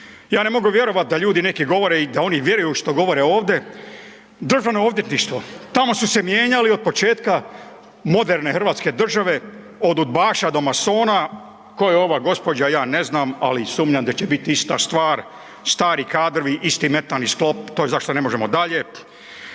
Ja ne mogu vjerovati da ljudi neki govore i da oni vjeruju u što govore ovdje, DORH tamo su se mijenjali od početka moderne Hrvatske države od udbaša do masona. Tko je ova gospođa, ja ne znam, ali sumnjam da će biti ista stvar. Stari kadrovi isti mentalni sklop. To je zašto ne možemo dalje.